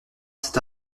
s’est